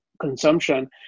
consumption